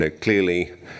Clearly